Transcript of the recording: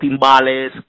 timbales